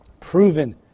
Proven